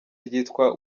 ryitwa